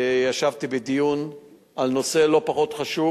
ישבתי בדיון על נושא לא פחות חשוב,